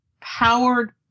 powered